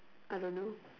I don't know